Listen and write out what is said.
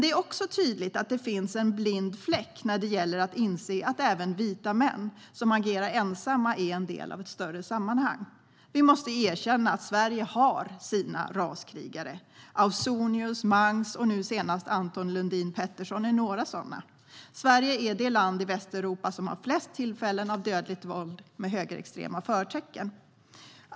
Det är också tydligt att det finns en blind fläck när det gäller att inse att även vita män som agerar ensamma är en del av ett större sammanhang. Vi måste erkänna att Sverige har sina raskrigare. Ausonius, Mangs och nu senast Anton Lundin Pettersson är några sådana. Sverige är det land i Västeuropa som har flest tillfällen av dödligt våld med högerextrema förtecken.